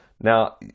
Now